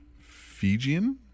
Fijian